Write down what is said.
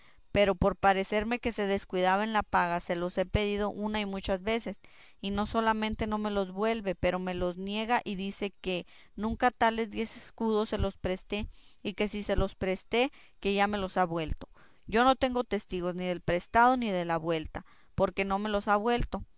pero por parecerme que se descuidaba en la paga se los he pedido una y muchas veces y no solamente no me los vuelve pero me los niega y dice que nunca tales diez escudos le presté y que si se los presté que ya me los ha vuelto yo no tengo testigos ni del prestado ni de la vuelta porque no me los ha vuelto